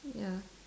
ya